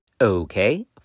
Okay